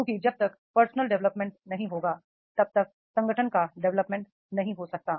क्योंकि जब तक पर्सनल डेवलपमेंट नहीं होगा तब तक संगठन का डेवलपमेंट नहीं हो सकता